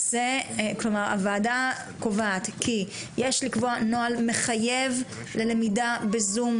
הוועדה קובעת כי יש לקבוע נוהל מחייב ללמידה בזום,